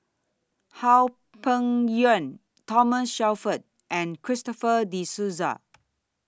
How Peng Yuan Thomas Shelford and Christopher De Souza